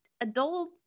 adult